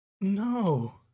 no